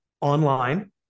online